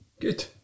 Good